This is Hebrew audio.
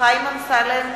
חיים אמסלם,